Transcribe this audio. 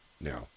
now